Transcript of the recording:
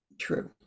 true